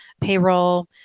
payroll